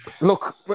look